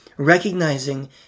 recognizing